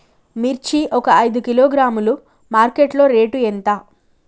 మిర్చి ఒక ఐదు కిలోగ్రాముల మార్కెట్ లో రేటు ఎంత?